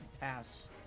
pass